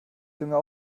dünger